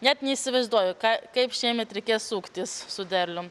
net neįsivaizduoju ką kaip šiemet reikės suktis su derlium